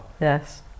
yes